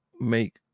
make